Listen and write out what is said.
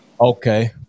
Okay